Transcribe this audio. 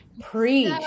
preach